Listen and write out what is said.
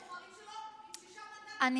זה כי בנט שיקר את הבוחרים שלו,